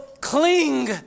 cling